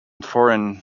foreign